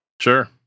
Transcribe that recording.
Sure